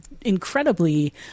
incredibly